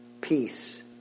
peace